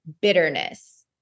bitterness